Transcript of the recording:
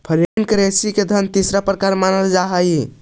flat currency के धन के तीसरा प्रकार मानल जा हई